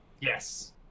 Yes